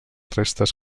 restes